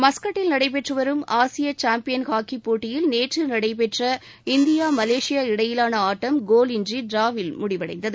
மஸ்கட்டில் நடைபெற்று வரும் ஆசிய சாம்பியன் ஹாக்கி போட்டியில் நேற்று நடைபெற்ற மலேசியா இந்தியா இடையிலான ஆட்டம் கோலின்றி டிராவில் முடிவடைந்தது